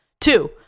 Two